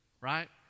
right